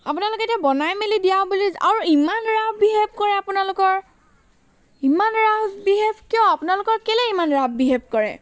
আপোনালোকে এতিয়া বনাই মেলি দিয়া আৰু ইমান ৰাফ বিহেভ কৰে আপোনালোকৰ ইমান ৰাফ বিহেভ কিয় আপোনালোকৰ কেলৈ ইমান ৰাফ বিহেভ কৰে